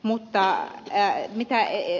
mutta sitä mitä ed